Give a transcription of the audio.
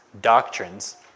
doctrines